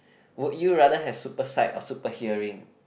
would you rather have super sight or super hearing